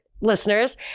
Listeners